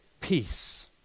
peace